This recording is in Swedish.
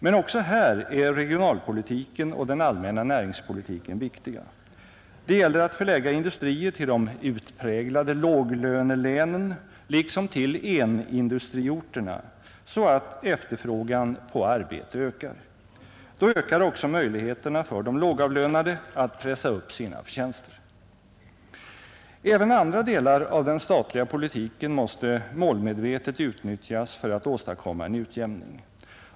Men också här är regionalpolitiken och den allmänna näringspolitiken viktiga. Det gäller att förlägga industrier till de utpräglade låglönelänen liksom till en-industriorterna så att efterfrågan på arbetskraft ökar. Då ökar också möjligheterna för de lågavlönade att pressa upp sina förtjänster. Även andra delar av den statliga politiken måste målmedvetet utnyttjas för att åstadkomma en utjämning.